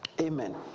Amen